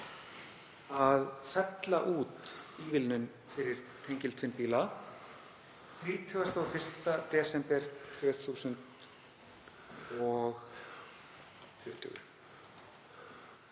að fella út ívilnun fyrir tengiltvinnbíla 31. desember 2020.